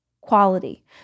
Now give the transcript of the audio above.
Quality